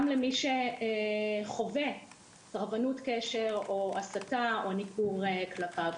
גם למי שחווה סרבנות קשר, הסתה או ניכור כלפיו.